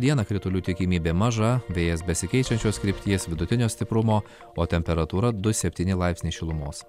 dieną kritulių tikimybė maža vėjas besikeičiančios krypties vidutinio stiprumo o temperatūra du septyni laipsniai šilumos